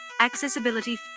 Accessibility